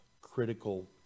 critical